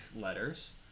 letters